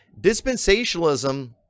dispensationalism